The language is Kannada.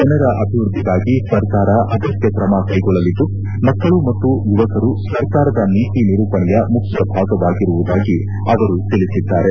ಜನರ ಅಭಿವೃದ್ಧಿಗಾಗಿ ಸರ್ಕಾರ ಅಗತ್ಯ ಕ್ರಮ ಕೈಗೊಳ್ಳಲಿದ್ದು ಮಕ್ಕಳು ಮತ್ತು ಯುವಕರು ಸರ್ಕಾರದ ನೀತಿ ನಿರೂಪಣೆಯ ಮುಖ್ಯ ಭಾಗವಾಗಿರುವುದಾಗಿ ಅವರು ತಿಳಿಸಿದ್ದಾರೆ